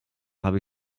habe